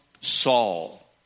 Saul